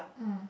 mm